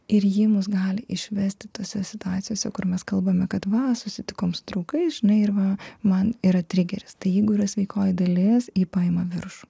ir ji mus gali išvesti tose situacijose kur mes kalbame kad va susitikom su draugais žinai ir va man yra trigeris tai jeigu yra sveikoji dalis ji paima viršų